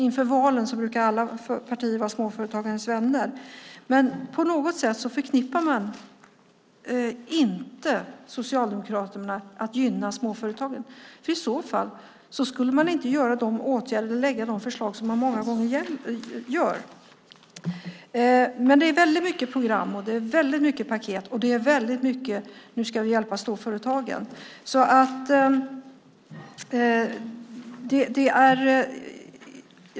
Inför valen brukar alla partier vara småföretagarnas vänner. På något sätt förknippar man dock inte Socialdemokraterna med att gynna småföretagen. I så fall skulle man inte vidta de åtgärder och lägga fram de förslag som man många gånger gör. Det är mycket program och paket och hjälp till storföretagen.